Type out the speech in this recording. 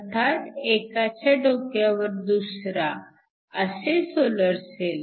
अर्थात एकाच्या डोक्यावर दुसरा असे सोलर सेल